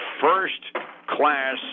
first-class